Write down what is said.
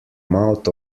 mouth